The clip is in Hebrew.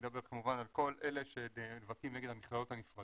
אני מדבר כמובן על כל אלה שנאבקים נגד המכללות הנפרדות,